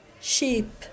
sheep